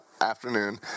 afternoon